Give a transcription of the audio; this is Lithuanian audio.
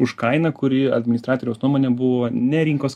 už kainą kuri administratoriaus nuomone buvo ne rinkos